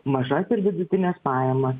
mažas ir vidutines pajamas